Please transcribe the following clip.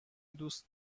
دوست